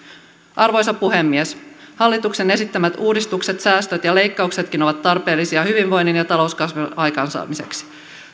arvoisa puhemies hallituksen esittämät uudistukset säästöt ja leikkauksetkin ovat tarpeellisia hyvinvoinnin ja talouskasvun aikaansaamiseksi